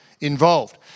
involved